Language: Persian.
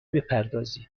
بپردازید